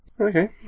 okay